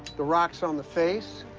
the rocks on the face.